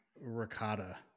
ricotta